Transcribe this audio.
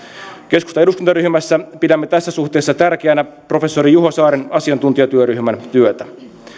keskustan eduskuntaryhmässä pidämme tässä suhteessa tärkeänä professori juho saaren asiantuntijatyöryhmän työtä